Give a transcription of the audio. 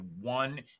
one